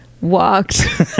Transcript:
Walked